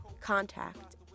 contact